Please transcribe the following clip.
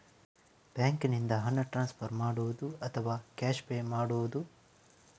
ಬ್ಯಾಂಕಿನಿಂದ ಹಣ ಟ್ರಾನ್ಸ್ಫರ್ ಮಾಡುವುದ ಅಥವಾ ಕ್ಯಾಶ್ ಪೇ ಮಾಡುವುದು?